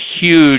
huge